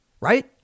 right